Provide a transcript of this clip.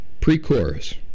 pre-chorus